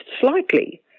slightly